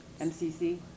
MCC